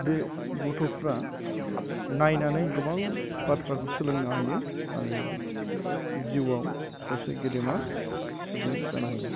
बे गथ'फ्रा नायनानै गोबां बाथ्राखौ सोलोंनो हायो आरो जिउआव सासे गेदेमा सुबुं जानो हायो